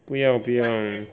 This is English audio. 不要不要